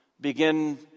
begin